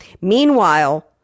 Meanwhile